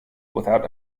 without